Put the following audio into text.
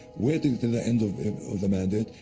waiting to the end of of the mandate,